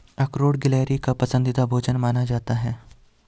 अखरोट गिलहरी का पसंदीदा भोजन माना जाता है